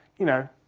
you know,